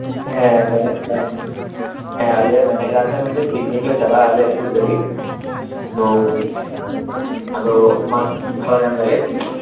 ᱦᱮᱸ ᱢᱮᱱᱮᱫ ᱛᱟᱦᱮᱸ ᱦᱮᱸ ᱟᱞᱮ ᱢᱮᱱᱮᱜ ᱠᱟᱱ ᱛᱟᱦᱮᱸᱜ ᱢᱤᱫᱴᱮᱱ ᱯᱤᱠᱱᱤᱠᱞᱮ ᱪᱟᱞᱟᱜᱼᱟᱞᱮ ᱵᱟᱨᱜᱮᱞ ᱢᱟᱹᱦᱤᱛ ᱛᱚ ᱟᱫᱚ ᱵᱟᱥ ᱵᱷᱟᱲᱟ ᱧᱟᱢ ᱫᱟᱲᱮᱭᱟᱜᱼᱟ ᱠᱤ